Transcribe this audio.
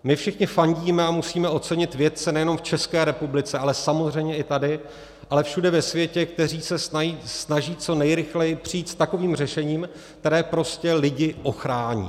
My všichni fandíme a musíme ocenit vědce nejenom v České republice, ale samozřejmě i tady, ale všude ve světě, kteří se snaží co nejrychleji přijít s takovým řešením, které prostě lidi ochrání.